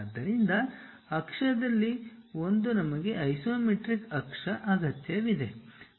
ಆದ್ದರಿಂದ ಅಕ್ಷದಲ್ಲಿ ಒಂದು ನಮಗೆ ಐಸೊಮೆಟ್ರಿಕ್ ಅಕ್ಷ ಅಗತ್ಯವಿದೆ